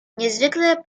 niezwykle